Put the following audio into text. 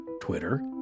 Twitter